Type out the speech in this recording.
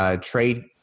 trade